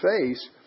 face